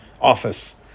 office